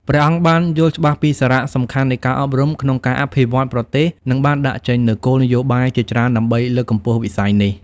ព្រះអង្គបានយល់ច្បាស់ពីសារៈសំខាន់នៃការអប់រំក្នុងការអភិវឌ្ឍប្រទេស និងបានដាក់ចេញនូវគោលនយោបាយជាច្រើនដើម្បីលើកកម្ពស់វិស័យនេះ។